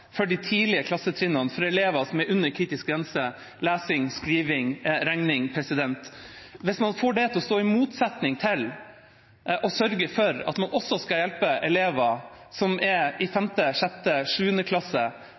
for de elevene som er under en kritisk grense når det kommer til lesing, skriving og regning. Hvis man får det til å stå i motsetning til å sørge for at man også skal hjelpe elever som er i